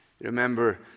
Remember